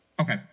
Okay